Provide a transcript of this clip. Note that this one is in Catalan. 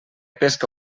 pesca